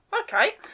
okay